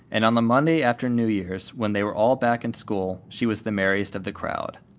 and on the monday after new year's, when they were all back in school she was the merriest of the crowd.